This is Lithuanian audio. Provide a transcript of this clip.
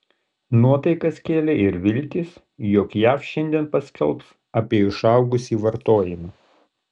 nuotaikas kėlė ir viltys jog jav šiandien paskelbs apie išaugusį vartojimą